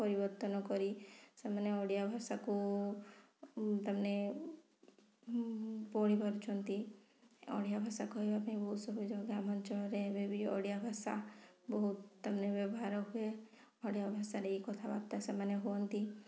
ପରିବର୍ତ୍ତନ କରି ସେମାନେ ଓଡ଼ିଆଭାଷାକୁ ତା'ମାନେ ପଢ଼ିପାରୁଛନ୍ତି ଓଡ଼ିଆଭାଷା କହିବା ପାଇଁ ବହୁତ ସହଜ ଗ୍ରାମାଞ୍ଚଳରେ ଏବେ ବି ଓଡ଼ିଆଭାଷା ବହୁତ ତାମାନେ ବ୍ୟବହାର ହୁଏ ଓଡ଼ିଆଭାଷାରେ ହି କଥାବାର୍ତ୍ତା ସେମାନେ ହୁଅନ୍ତି